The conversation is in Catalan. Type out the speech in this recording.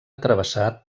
travessar